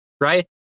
right